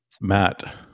Matt